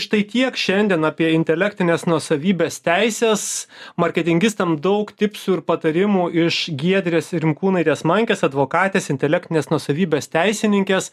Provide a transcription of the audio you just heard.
štai tiek šiandien apie intelektinės nuosavybės teises marketingistam daug tipsų ir patarimų iš giedrės rimkūnaitės mankės advokatės intelektinės nuosavybės teisininkės